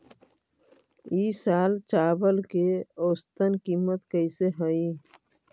ई साल चावल के औसतन कीमत कैसे हई?